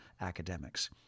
academics